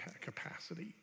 capacity